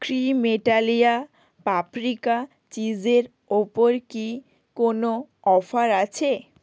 Cremeitalia paprika চিজের ওপর কি কোনও অফার আছে